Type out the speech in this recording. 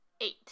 Eight